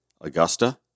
Augusta